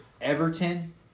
Everton